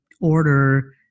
order